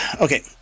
Okay